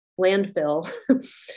landfill